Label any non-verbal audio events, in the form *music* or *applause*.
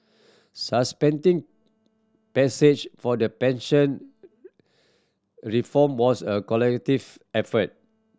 suspending passage for the pension reform was a *unintelligible* effort